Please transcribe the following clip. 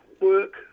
work